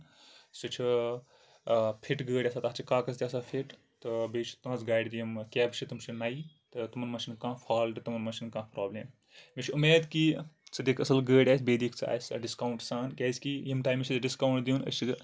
سۄ چھِ فِٹ گٲڑۍ آسان تَتھ چھِ کاغز تہِ آسان فِٹ تہٕ بیٚیہِ چھُ تُہنٛز گاڑِ تہٕ یِم کیبہٕ چھِ تِم چھِ نَیہِ تِمن منٛز چھُ نہٕ کانٛہہ فالٹ تِمن منٛز چھُ نہٕ کانٛہہ پرابلِم مےٚ چھِ اُمیٖد کہِ ژٕ دِکھ اَصٕل گٲڑۍ اَسہِ بیٚیہِ دِکھ ژٕ اَسہِ ڈِسکَاوُںٛٹ سان کیازِ کہِ ییٚمہِ ٹایمہٕ چھِ اَسہِ ڈِسکاونٛٹ دِیُن أسۍ چھِ